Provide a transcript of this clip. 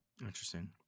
Interesting